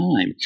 time